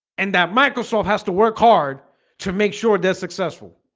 and that microsoft has to work hard to make sure they're successful